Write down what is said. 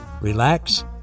relax